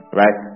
right